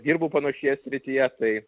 dirbu panašioje srityje tai